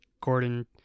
Gordon